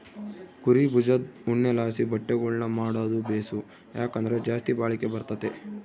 ಕುರೀ ಬುಜದ್ ಉಣ್ಣೆಲಾಸಿ ಬಟ್ಟೆಗುಳ್ನ ಮಾಡಾದು ಬೇಸು, ಯಾಕಂದ್ರ ಜಾಸ್ತಿ ಬಾಳಿಕೆ ಬರ್ತತೆ